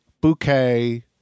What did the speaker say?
bouquet